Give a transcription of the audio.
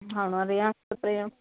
ਹਾਂ ਰੇਹਾਂ ਸਪ੍ਰੇਹਾਂ